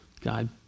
God